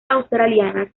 australianas